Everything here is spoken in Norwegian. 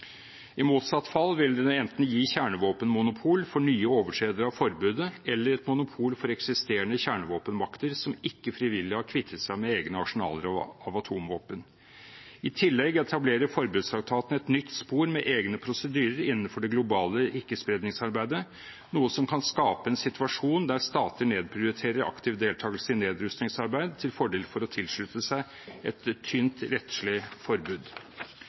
I motsatt fall ville det enten gi kjernevåpenmonopol for nye overtredere av forbudet eller et monopol for eksisterende kjernevåpenmakter som ikke frivillig har kvittet seg med egne arsenaler av atomvåpen. I tillegg etablerer forbudstraktaten et nytt spor med egne prosedyrer innenfor det globale ikkespredningsarbeidet, noe som kan skape en situasjon der stater nedprioriterer aktiv deltagelse i nedrustningsarbeid til fordel for å tilslutte seg et tynt rettslig forbud.